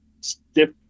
stiff